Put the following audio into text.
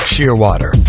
Shearwater